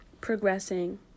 progressing